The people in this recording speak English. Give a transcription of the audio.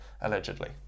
allegedly